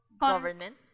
government